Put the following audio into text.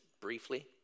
briefly